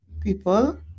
People